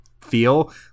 feel